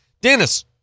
Dennis